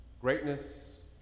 greatness